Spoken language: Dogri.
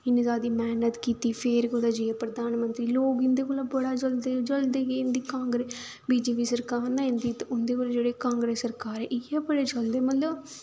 इन्ना जादा मेह्नत कीती फिर कुतै जाइयै प्रधानमंत्री लोग इं'दे कोला बड़ा जलदे जलदे केह् कांग्रेस बी जे पी सरकार ने इं'दी उं'दे कोला जेह्ड़े कांग्रेस सरकार ही इ'यै बड़े जलदे मतलब